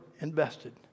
invested